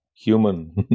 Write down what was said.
Human